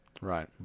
Right